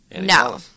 No